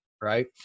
right